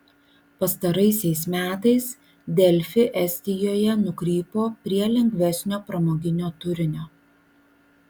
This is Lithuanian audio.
pastaraisiais metais delfi estijoje nukrypo prie lengvesnio pramoginio turinio